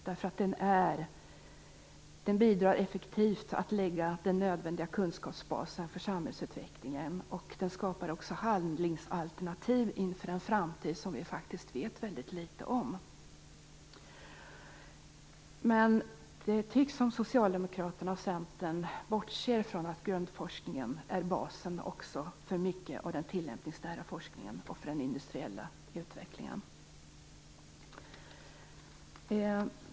Den bidrar effektivt till att lägga den nödvändiga kunskapsbasen för samhällsutvecklingen, och den skapar också handlingsalternativ inför en framtid som vi faktiskt vet väldigt litet om. Men det tycks som om Socialdemokraterna och Centern bortser från att grundforskningen är basen också för mycket av den tillämpningsnära forskningen och den industriella utvecklingen.